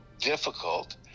difficult